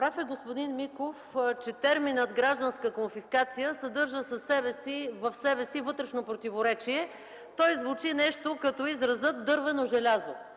Прав е господин Миков, че терминът „Гражданска конфискация” съдържа в себе си вътрешно противоречие. Той звучи нещо като изразът „дървено желязо”,